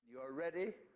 you ah ready